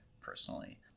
personally